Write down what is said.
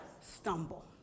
stumble